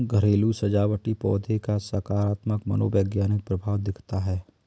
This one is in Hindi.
घरेलू सजावटी पौधों का सकारात्मक मनोवैज्ञानिक प्रभाव दिखता है